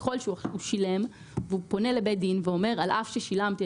ככל שהוא שילם והוא פונה לבית דין ואומר על אף ששילמתי,